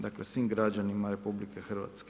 Dakle, svim građanima RH.